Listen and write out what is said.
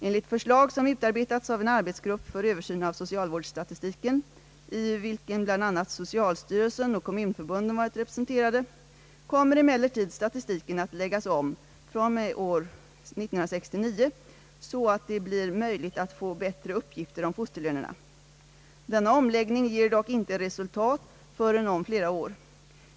Enligt förslag som utarbetats av en arbetsgrupp för översyn av socialvårdsstatistiken — i vilken bl.a. socialstyrelsen och kommunförbunden varit representerade — kommer emellertid statistiken att läggas om fr.o.m. år 1969 så att det blir möjligt att få bättre uppgifter om fosterlönerna. Denna omläggning ger dock inte resultat förrän om flera år.